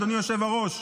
אדוני היושב-ראש,